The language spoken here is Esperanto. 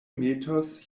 metos